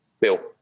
Bill